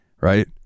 right